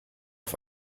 auf